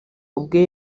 ubwe